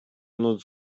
noc